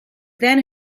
then